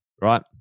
right